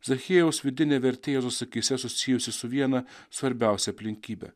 zachiejaus vidinė vertė rusų akyse susijusi su viena svarbiausia aplinkybe